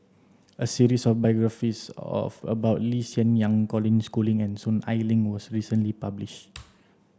a series of biographies of about Lee Hsien Yang Colin Schooling and Soon Ai Ling was recently published